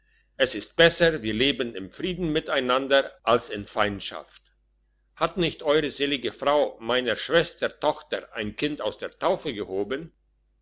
es ist besser wir leben im frieden miteinander als in feindschaft hat nicht eure selige frau meiner schwester tochter ein kind aus der taufe gehoben